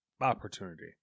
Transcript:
opportunity